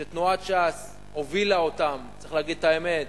שתנועת ש"ס הובילה אותן, צריך להגיד את האמת,